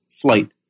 flight